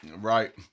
right